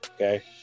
Okay